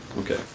Okay